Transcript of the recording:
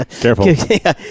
Careful